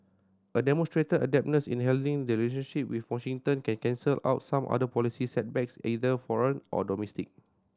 a demonstrated adeptness in handling the relationship with Washington can cancel out some other policy setbacks either foreign or domestic